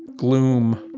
gloom,